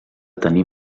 tenir